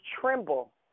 tremble